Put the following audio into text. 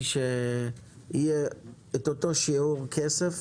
אני רציתי שיהיה אותו שיעור כסף